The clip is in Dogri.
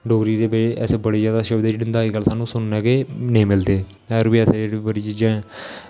डोगरी दे ऐसे बड़े जैदा शब्द न जेह्ड़े अजकल्ल सानूं सुनने गी नेईं मिलदे होर बी बड़ी ऐसी चीजां न